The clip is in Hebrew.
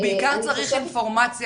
הוא בעיקר צריך אינפורמציה,